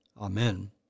Amen